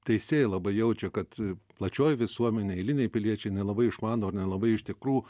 teisėjai labai jaučia kad plačioji visuomenė eiliniai piliečiai nelabai išmano ar nelabai iš tikrųjų